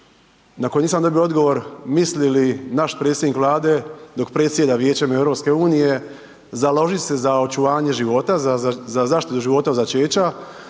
na koji nisam dobio odgovor, misli li naš predsjednik Vlade dok predsjeda Vijećem EU založiti se za očuvanje života, za zaštitu života od začeća,